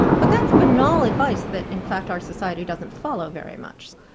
but that's banal advice that in fact our society doesn't follow very much.